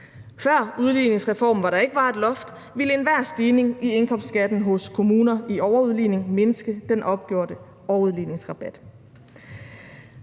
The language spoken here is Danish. Før udligningsreformen, hvor der ikke var et loft, ville enhver stigning i indkomstskatten hos kommuner i overudligning mindske den opgjorte overudligningsrabat.